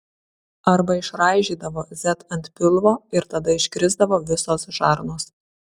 arba išraižydavo z ant pilvo ir tada iškrisdavo visos žarnos